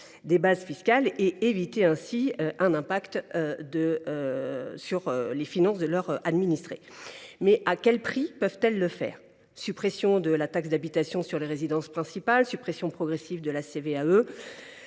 des bases fiscales et éviter ainsi un impact sur les finances de leurs administrés. Mais à quel prix peuvent-elles le faire ? Suppression de la taxe d’habitation sur les résidences principales, suppression progressive de la CVAE,